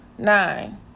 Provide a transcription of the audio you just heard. Nine